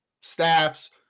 staffs